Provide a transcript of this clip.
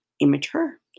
immature